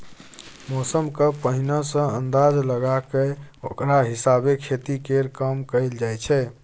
मौसमक पहिने सँ अंदाज लगा कय ओकरा हिसाबे खेती केर काम कएल जाइ छै